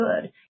good